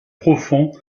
profonds